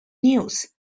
news